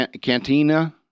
Cantina